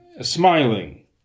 smiling